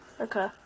Okay